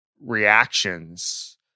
reactions